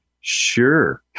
Sure